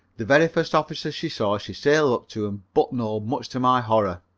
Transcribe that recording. the very first officer she saw she sailed up to and buttonholed much to my horror.